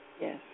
yes